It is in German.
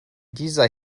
dieser